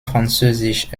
französisch